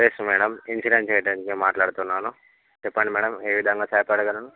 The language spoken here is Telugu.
ఎస్ మేడం ఇన్సూరెన్స్ ఏజెంట్నే మాట్లాడుతున్నాను చెప్పండి మేడం ఏ విధంగా సహాయ పడగలను